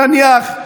נניח,